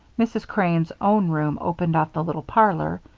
mrs. crane's own room opened off the little parlor,